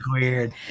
weird